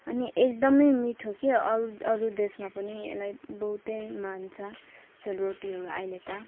अनि एकदमै मिठो के अरू अरू देशमा पनि यसलाई बहुतै मान्छ सेलरोटीहरू अहिले त